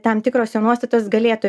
tam tikrose nuostatas galėtų